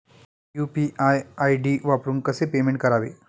UPI ID वापरून कसे payment करावे?